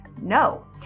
No